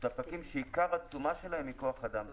ספקים שעיקר התשומה שלהם היא כוח אדם.